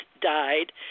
died